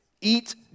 eat